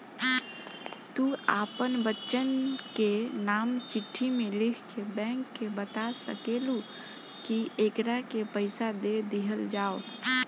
तू आपन बच्चन के नाम चिट्ठी मे लिख के बैंक के बाता सकेलू, कि एकरा के पइसा दे दिहल जाव